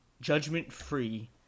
Judgment-free